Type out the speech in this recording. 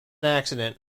accident